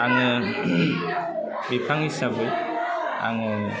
आङो बिफां हिसाबै आङो